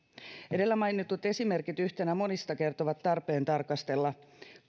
edellä mainitut esimerkit yhtenä monista kertovat tarpeen tarkastella